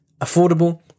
affordable